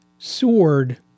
sword